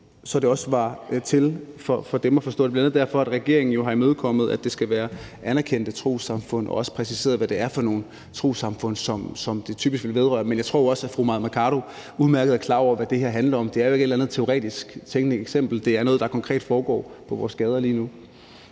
så det også var til at forstå for dem. Det er bl.a. derfor, at regeringen jo har imødekommet ønsket om, at det skal være anerkendte trossamfund, og også præciseret, hvad det er for nogle trossamfund, som det typisk vil vedrøre. Men jeg tror også, at fru Mai Mercado udmærket er klar over, hvad det her handler om. Det er jo ikke et eller andet teoretisk tænkt eksempel; det er noget, der konkret foregår på vores gader lige nu.